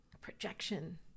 projection